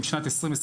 של שנת 2021,